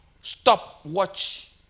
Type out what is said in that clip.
stopwatch